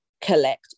collect